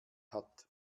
hat